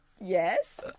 Yes